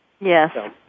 Yes